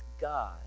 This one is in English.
God